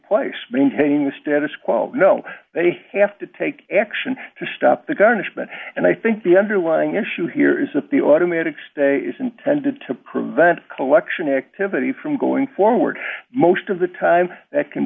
place maintaining the status quo no they have to take action to stop the garnishment and i think the underlying issue here is that the automatic stay is intended to prevent collection activity from going forward most of the time that can